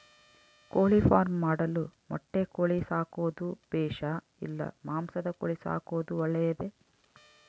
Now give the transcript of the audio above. ಕೋಳಿಫಾರ್ಮ್ ಮಾಡಲು ಮೊಟ್ಟೆ ಕೋಳಿ ಸಾಕೋದು ಬೇಷಾ ಇಲ್ಲ ಮಾಂಸದ ಕೋಳಿ ಸಾಕೋದು ಒಳ್ಳೆಯದೇ?